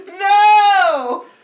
No